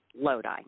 Lodi